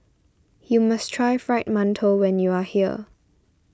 you must try Fried Mantou when you are here